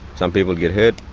some people get hurt.